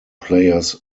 players